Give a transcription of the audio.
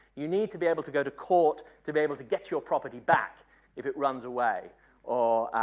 you need to be able to go to court to be able to get your property back if it runs away or